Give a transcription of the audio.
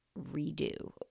redo